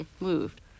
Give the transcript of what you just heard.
moved